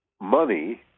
money